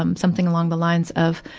um something along the lines of,